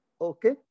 Okay